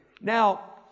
Now